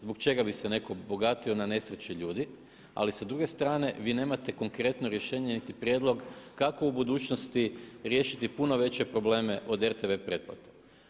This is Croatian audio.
Zbog čega bi se netko bogatio na nesreći ljudi, ali sa druge strane vi nemate konkretno rješenje niti prijedlog kako u budućnosti riješiti puno veće probleme od RTV pretplate.